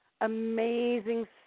amazing